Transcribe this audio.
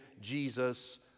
Jesus